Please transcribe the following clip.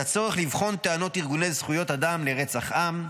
את הצורך לבחון טענות ארגוני זכויות אדם לרצח עם.